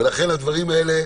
הדברים האלה,